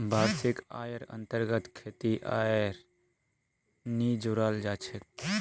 वार्षिक आइर अन्तर्गत खेतीर आइक नी जोडाल जा छेक